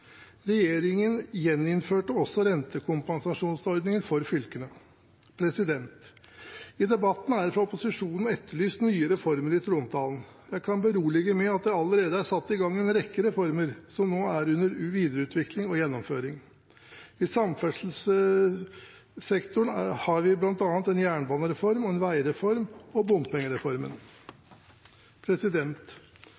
Regjeringen gjeninnførte også rentekompensasjonsordningen for fylkene. I debatten er det fra opposisjonen etterlyst nye reformer i trontalen. Jeg kan berolige med at det allerede er satt i gang en rekke reformer, som nå er under videreutvikling og gjennomføring. I samferdselssektoren har vi bl.a. en jernbanereform, en veireform og